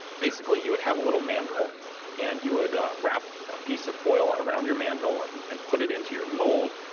basically, you would have a little mandrel and you would wrap a piece of foil around your mandrel and and put it into your mould,